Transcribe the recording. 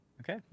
Okay